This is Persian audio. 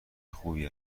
خوبی